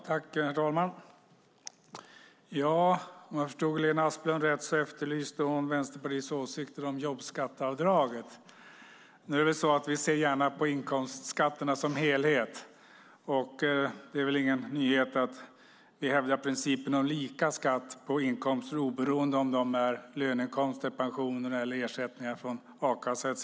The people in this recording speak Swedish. Herr talman! Om jag förstått Lena Asplund rätt efterlyser hon Vänsterpartiets åsikt om jobbskatteavdraget. Vi tittar gärna på inkomstskatterna som helhet. Det är väl ingen nyhet att vi hävdar principen om lika skatt på inkomster oberoende av om det är löneinkomst, pension eller ersättning från a-kassa etcetera.